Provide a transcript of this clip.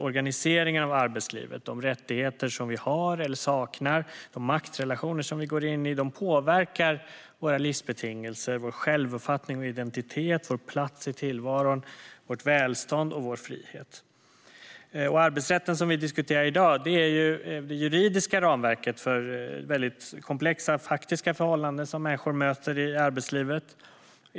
Organiseringen av arbetslivet, de rättigheter som vi har eller saknar och de maktrelationer som vi går in i påverkar våra livsbetingelser, vår självuppfattning och identitet, vår plats i tillvaron, vårt välstånd och vår frihet. Arbetsrätten, som vi diskuterar i dag, är det juridiska ramverket för de väldigt komplexa faktiska förhållanden som människor möter i arbetslivet.